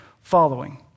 following